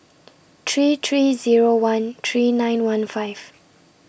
three three Zero one three nine one five